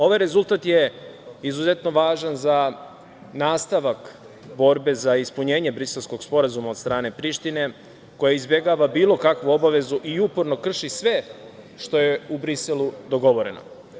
Ovaj rezultat je izuzetno važan za nastavak borbe za ispunjenje Briselskog sporazuma od strane Prištine koja izbegava bilo kakvu obavezu i uporno krši sve što je u Briselu dogovoreno.